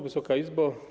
Wysoka Izbo!